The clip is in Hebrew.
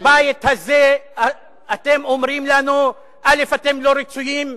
בבית הזה אתם אומרים לנו: אתם לא רצויים,